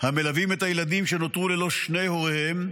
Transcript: המלווים את הילדים שנותרו ללא שני הוריהם,